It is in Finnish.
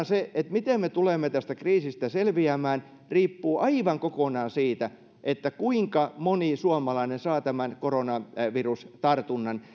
se miten me tulemme tästä kriisistä selviämään riippuu aivan kokonaan siitä kuinka moni suomalainen saa tämän koronavirustartunnan